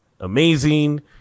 amazing